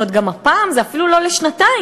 ועוד פעם זה אפילו לא לשנתיים,